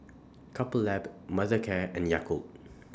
Couple Lab Mothercare and Yakult